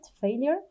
failure